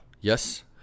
Yes